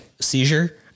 seizure